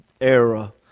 era